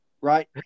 Right